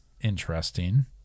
interesting